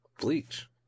Bleach